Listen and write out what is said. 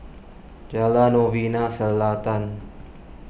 Jalan Novena Selatan